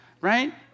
right